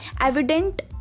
evident